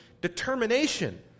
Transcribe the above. determination